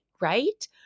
right